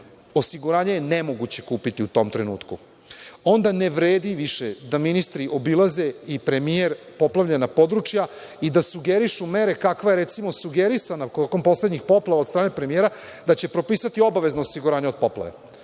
osiguranje je nemoguće kupiti u tom trenutku. Onda ne vredi više da premijer i ministri obilaze poplavljena područja i da sugerišu mere kakva je recimo sugerisana tokom poslednjih poplava od strane premijera, da će propisati obavezno osiguranje od poplave. Ne